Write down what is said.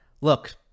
Look